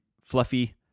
Fluffy